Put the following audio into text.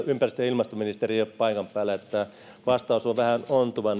ympäristö ja ilmastoministeri ei ole paikan päällä ja tämä vastaus nyt tähän kysymykseenne on vähän ontuva